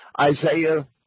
Isaiah